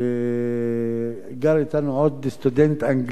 וגר אתנו עוד סטודנט אנגלי.